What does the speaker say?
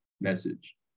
message